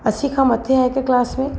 असी खां मथे आहे हिक क्लास में